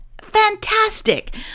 fantastic